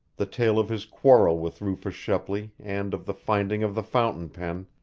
the tale of his quarrel with rufus shepley and of the finding of the fountain pen,